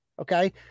Okay